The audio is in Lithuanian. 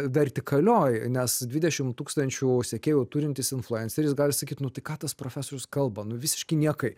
vertikalioj nes dvidešim tūkstančių sekėjų turintis influenceris gali sakyt nu tai ką tas profesorius kalba nu visiški niekai